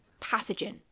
pathogen